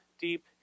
deep